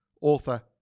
author